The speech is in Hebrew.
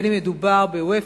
בין אם מדובר ב-UEFA,